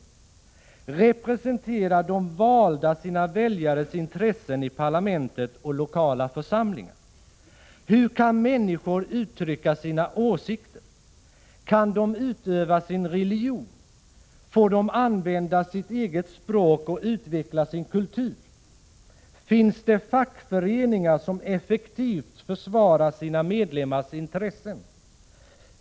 Representerar de valda sina väljares intressen i parlamenten och lokala församlingar? Hur kan männniskor uttrycka sina åsikter? Kan de utöva sin religion? Får de använda sitt eget språk och utveckla sin kultur? Finns det fackföreningar som effektivt försvarar sina medlemmars intressen?